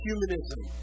Humanism